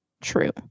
true